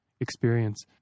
experience